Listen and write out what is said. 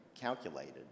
calculated